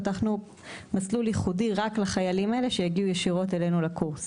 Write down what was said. פתחנו מסלול ייחודי רק לחיילים האלה שיגיעו ישירות אלינו לקורס.